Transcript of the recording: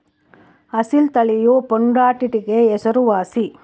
ಅಸೀಲ್ ತಳಿಯು ಪುಂಡಾಟಿಕೆಗೆ ಹೆಸರುವಾಸಿ